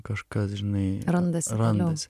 kažkas žinai randasi randasi